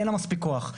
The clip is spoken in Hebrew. אין לה מספיק כוח.